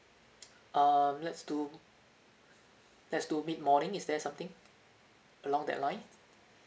um let's do let's do mid morning is there something along that line